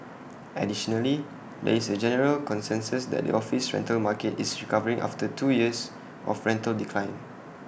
additionally there is A general consensus that the office rental market is recovering after two years of rental decline